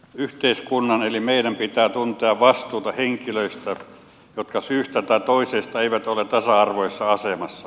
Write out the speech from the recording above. yhteiskunnan eli meidän pitää tuntea vastuuta henkilöistä jotka syystä tai toisesta eivät ole tasa arvoisessa asemassa